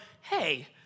hey